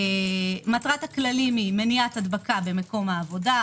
מטרת הכללים היא מניעת הדבקה במקום העבודה,